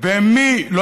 לא ישקר.